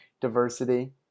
diversity